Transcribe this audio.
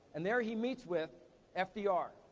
and there he meets with ah fdr,